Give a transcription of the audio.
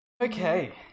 Okay